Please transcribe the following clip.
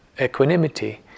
equanimity